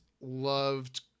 loved